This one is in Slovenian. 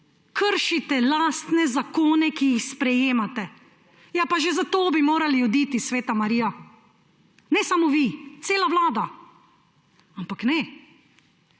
Kršite lastne zakone, ki jih sprejemate. Pa že zato bi morali oditi, sveta Marija, ne samo vi, cela vlada! Ampak ne,